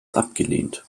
abgelehnt